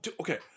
okay